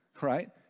right